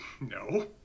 No